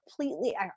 completely